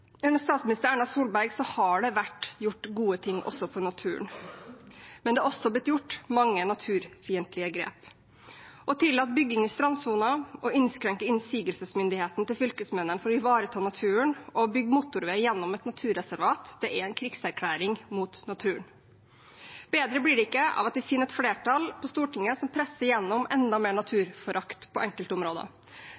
Under statsminister Erna Solberg har det vært gjort gode ting også for naturen, men det har også blitt gjort mange naturfiendtlige grep. Å tillate bygging i strandsonen og innskrenke innsigelsesmyndigheten til fylkesmennene for å ivareta naturen og bygge motorvei gjennom et naturreservat er en krigserklæring mot naturen. Bedre blir det ikke av at det er et flertall på Stortinget som presser igjennom enda mer